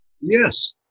Yes